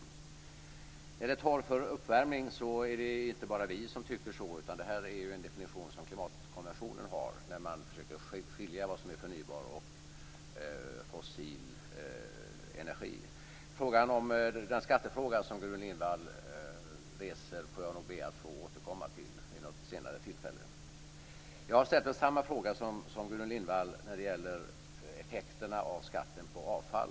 När det gäller torv för uppvärmning är det inte bara vi som tycker så, utan det är en definition som klimatkonventionen har, där man försöker skilja mellan vad som är förnybar och fossil energi. Den skattefråga som Gudrun Lindvall reser får jag be att få återkomma till vid något senare tillfälle. Jag har ställt mig samma fråga som Gudrun Lindvall när det gäller effekterna av skatten på avfall.